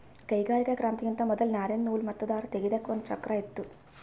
ಕೈಗಾರಿಕಾ ಕ್ರಾಂತಿಗಿಂತಾ ಮೊದಲ್ ನಾರಿಂದ್ ನೂಲ್ ಮತ್ತ್ ದಾರ ತೇಗೆದಕ್ ಒಂದ್ ಚಕ್ರಾ ಇತ್ತು